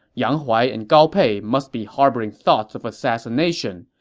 yang huai and gao pei must be harboring thoughts of assassination.